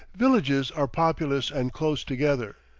villages are populous and close together.